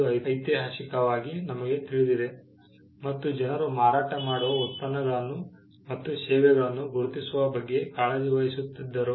ಎಂದು ಐತಿಹಾಸಿಕವಾಗಿ ನಮಗೆ ತಿಳಿದಿದೆ ಮತ್ತು ಜನರು ಮಾರಾಟ ಮಾಡುವ ಉತ್ಪನ್ನಗಳನ್ನು ಮತ್ತು ಸೇವೆಗಳನ್ನು ಗುರುತಿಸುವ ಬಗ್ಗೆ ಕಾಳಜಿ ವಹಿಸುತ್ತಿದ್ದರು